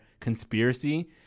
conspiracy